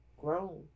grown